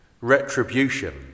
retribution